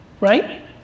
Right